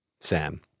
Sam